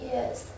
Yes